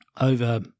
over